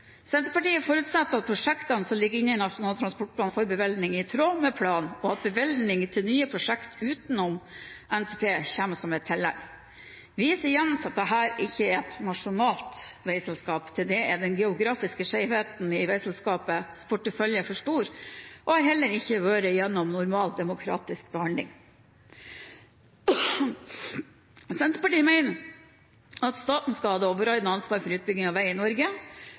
Senterpartiet forutsetter at prosjektene som ligger inne i Nasjonal transportplan, får bevilgninger i tråd med planen, og at bevilgninger til nye prosjekter utenom NTP kommer som et tillegg. Vi viser igjen til at dette ikke er et nasjonalt veiselskap – til det er den geografiske skjevheten i veiselskapets portefølje for stor og har heller ikke vært igjennom normal demokratisk behandling. Senterpartiet mener at staten skal ha det overordnede ansvaret for utbygging av vei i Norge.